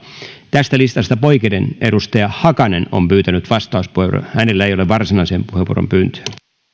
tästä listasta poiketen edustaja hakanen on pyytänyt vastauspuheenvuoron hänellä ei ole varsinaisen puheenvuoron pyyntöä